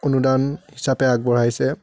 অনুদান হিচাপে আগবঢ়াইছে